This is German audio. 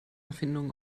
erfindung